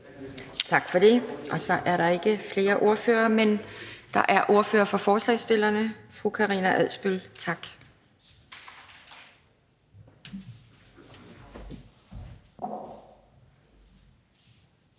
Tak for det. Så er der ikke flere ordførere. Så er det ordføreren for forslagsstillerne, fru Karina Adsbøl. Kl.